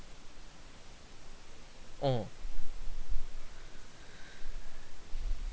uh